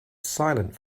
silent